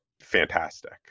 fantastic